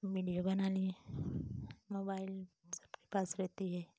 video बना लिए mobile सबके पास रहती है